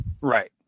Right